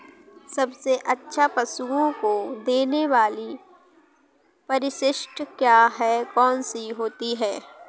सबसे अच्छा पशुओं को देने वाली परिशिष्ट क्या है? कौन सी होती है?